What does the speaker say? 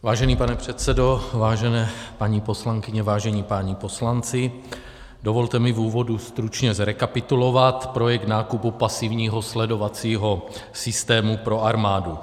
Vážený pane předsedo, vážené paní poslankyně, vážení páni poslanci, dovolte mi v úvodu stručně zrekapitulovat projekt nákupu pasivního sledovacího systému pro armádu.